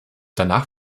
danach